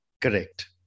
correct